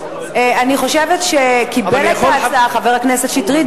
אני חושבת שקיבל את ההצעה חבר הכנסת שטרית,